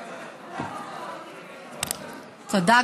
תודה.